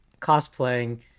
cosplaying